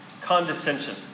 condescension